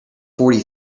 fourty